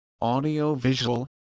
audio-visual